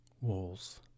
walls